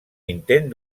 intent